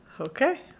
okay